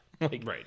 Right